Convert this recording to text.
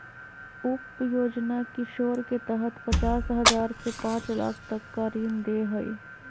उप योजना किशोर के तहत पचास हजार से पांच लाख तक का ऋण दे हइ